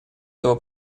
этого